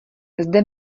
zde